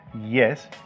Yes